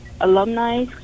alumni